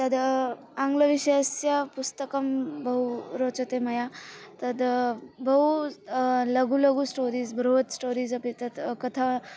तद् आङ्ग्लविषयस्य पुस्तकं बहु रोचते मया तद् बहु लघु लघु स्टोरीस् बृहत् स्टोरीस् अपि तत् कथा